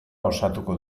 osatuko